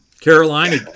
Carolina